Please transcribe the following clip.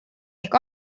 ehk